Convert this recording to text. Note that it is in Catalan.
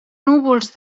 núvols